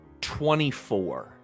24